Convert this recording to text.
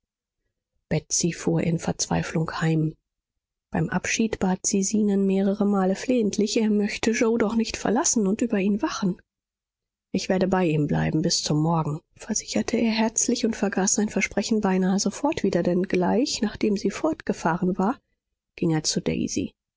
fuhr in verzweiflung heim beim abschied bat sie zenon mehrere male flehentlich er möchte yoe doch nicht verlassen und über ihn wachen ich werde bei ihm bleiben bis zum morgen versicherte er herzlich und vergaß sein versprechen beinahe sofort wieder denn gleich nachdem sie fortgefahren war ging er zu daisy